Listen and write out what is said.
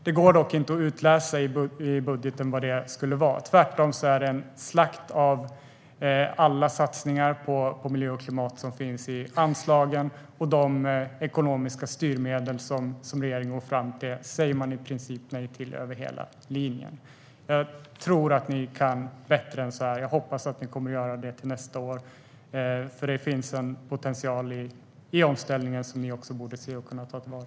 Det går dock inte att utläsa i budgeten vad det skulle vara. Tvärtom är det en slakt av alla satsningar på miljö och klimat som finns i anslagen, och de ekonomiska styrmedel som regeringen går fram med säger man i princip nej till över hela linjen. Jag tror att ni kan bättre än så här, och jag hoppas att ni kommer att göra det till nästa år, för det finns en potential i omställningen som ni också borde se och kunna ta till vara.